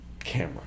camera